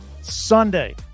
Sunday